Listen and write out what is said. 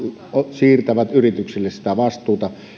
siirtävät yrityksille sitä vastuuta